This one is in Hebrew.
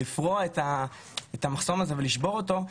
לפרוע את המחסום הזה ולשבור אותו,